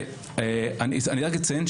אני רק אציין,